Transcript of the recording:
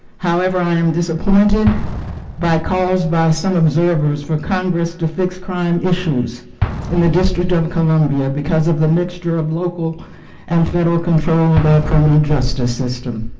however, i am disappointed by calls by some observers for congress to fix crime issues in the district of columbia because of the mixture of local and federal control by criminal justice system.